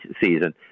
season